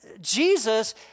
Jesus